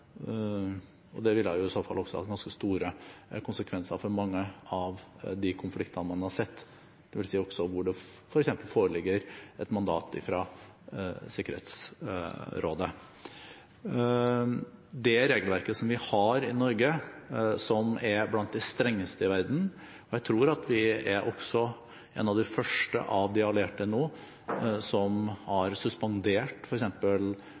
dette. Det ville i så fall hatt ganske store konsekvenser for mange av de konfliktene man har sett, hvor det f.eks. foreligger et mandat fra Sikkerhetsrådet. Det regelverket som vi har i Norge, som er blant de strengeste i verden – jeg tror vi også er en av de første av de allierte som nå